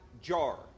jar